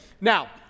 Now